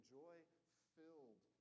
joy-filled